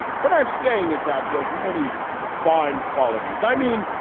what i am saying is that he has many fine qualities i mean,